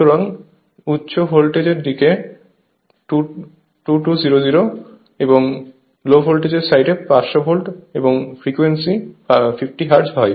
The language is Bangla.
সুতরাং উচ্চ ভোল্টেজ এর দিকে 2200 এবং লো ভোল্টেজ সাইডে 500 ভোল্ট এবং ফ্রিকোয়েন্সি 50 হার্টজ হয়